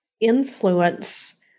influence